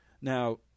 Now